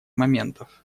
моментов